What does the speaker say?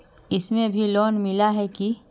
इसमें भी लोन मिला है की